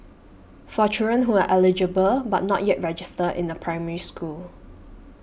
for children who are eligible but not yet registered in a Primary School